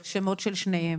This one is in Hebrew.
יש את השמות של שניהם.